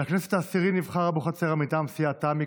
לכנסת העשירית נבחר אבוחצירא מטעם סיעת תמ"י,